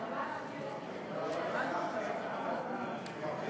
ההצעה להעביר את הצעת חוק הדואר (תיקון,